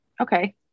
Okay